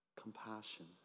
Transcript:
compassion